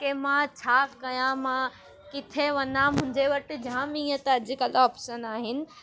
की मां छा कया मां किथे वञा मुंहिंजे वटि जाम इअं त अॼुकल्ह ऑप्शन आहिनि